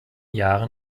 jahren